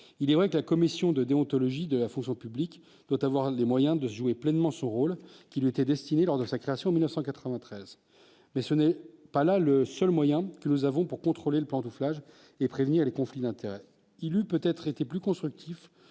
il est vrai que la commission de déontologie de la fonction publique doit avoir les moyens de jouer pleinement son rôle qui lui était destinée, lors de sa création en 1993 mais ce n'est pas là le seul moyen que nous avons pour contrôler le pantouflage et prévenir les conflits d'intérêts, il eût peut-être été plus constructif